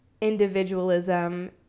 individualism